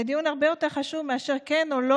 זה דיון הרבה יותר חשוב מאשר כן או לא